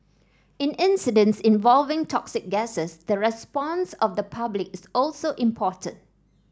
in incidents involving toxic gases the response of the public is also important